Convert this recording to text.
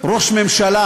ראש ממשלה,